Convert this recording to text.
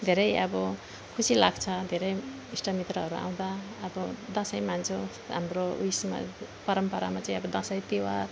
धेरै अब खुसी लाग्छ धेरै इष्टमित्रहरू आउँदा अब दसैँ मान्छौँ हाम्रो उयसमा परम्परामा चाहिँ अब दसैँ तिहार